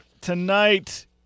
Tonight